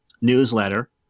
newsletter